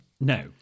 No